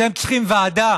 אתם צריכים ועדה